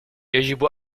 يجب